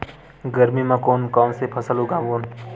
गरमी मा कोन कौन से फसल उगाबोन?